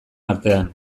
artean